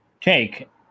take